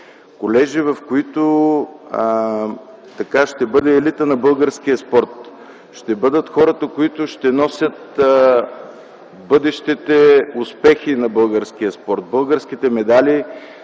Колежи, в които ще бъде елитът на българския спорт, ще бъдат хората, които ще носят бъдещите успехи на българския спорт - българските медали